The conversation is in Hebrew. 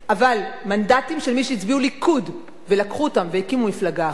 אבל מנדטים של מי שהצביעו ליכוד ולקחו אותם והקימו מפלגה אחרת,